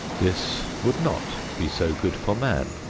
this would not be so good for man,